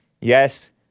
Yes